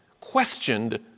questioned